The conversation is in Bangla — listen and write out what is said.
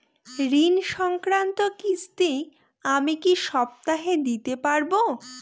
ঋণ সংক্রান্ত কিস্তি আমি কি সপ্তাহে দিতে পারবো?